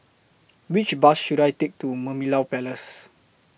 Which Bus should I Take to Merlimau Place